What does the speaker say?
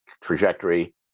trajectory